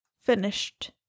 finished